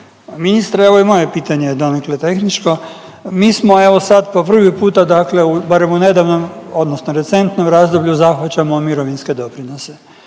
ministre, evo i moje je pitanje donekle tehničko. Mi smo evo sad po prvi puta dakle barem u nedavnom odnosno recentnom razdoblju zahvaćamo mirovinske doprinose.